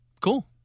cool